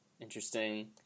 interesting